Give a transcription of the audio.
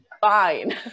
Fine